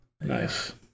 Nice